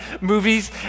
movies